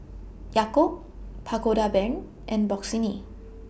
Yakult Pagoda Brand and Bossini